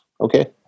Okay